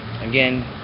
Again